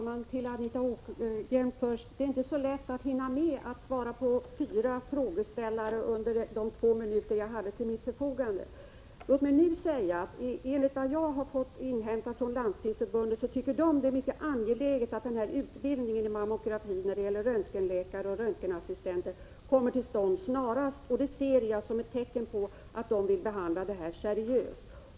Fru talman! Det är inte så lätt, Anita Bråkenhielm, att hinna med att ge besked till fyra frågeställare på de två minuter som jag har till mitt förfogande. Enligt vad jag har inhämtat från Landstingsförbundet anser man där det mycket angeläget att utbildningen i mammografi för röntgenläkare och röntgenassistenter snarast kommer till stånd. Det ser jag såsom ett tecken på att man vill behandla denna sak seriöst.